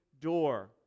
door